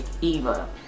Eva